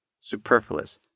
superfluous